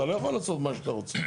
אתה לא יכול לעשות מה שאתה רוצה.